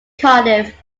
cardiff